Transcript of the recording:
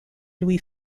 lui